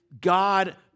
god